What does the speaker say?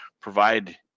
provide